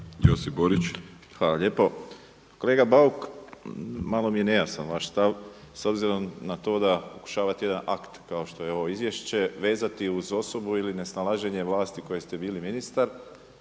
Josip (HDZ)** Hvala lijepo. Kolega Bauk malo mi ne nejasan vaš stav s obzirom na to da pokušavate jedan akt kao što je ovo izvješće vezati uz osobu ili nesnalaženje vlasti u kojoj ste bili ministar